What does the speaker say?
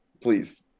please